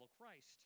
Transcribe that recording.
christ